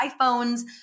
iPhones